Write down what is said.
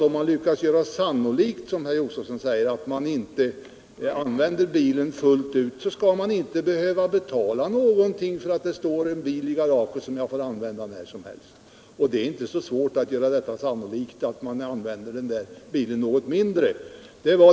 Om man lyckas göra sannolikt, som herr Josefson säger, att man inte använder bilen fullt ut, skall man inte behöva betala någonting för att det står en bil i garaget som man får använda när som helst. Det är inte så svårt att göra sannolikt att man använder den där bilen något mindre.